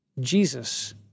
Jesus